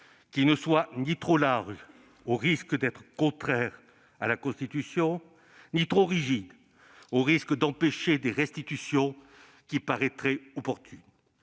qui ne soient ni trop larges, au risque d'être contraires à la Constitution, ni trop rigides, au risque d'empêcher des restitutions qui paraîtraient opportunes.